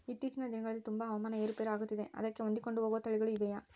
ಇತ್ತೇಚಿನ ದಿನಗಳಲ್ಲಿ ತುಂಬಾ ಹವಾಮಾನ ಏರು ಪೇರು ಆಗುತ್ತಿದೆ ಅದಕ್ಕೆ ಹೊಂದಿಕೊಂಡು ಹೋಗುವ ತಳಿಗಳು ಇವೆಯಾ?